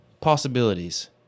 Possibilities